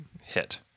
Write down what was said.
Hit